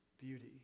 beauty